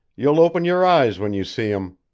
you'll open your eyes when you see em!